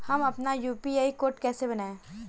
हम अपना UPI code कैसे बनाएँ?